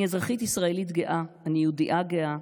אני אזרחית ישראלית גאה, אני יהודייה גאה,